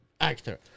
actor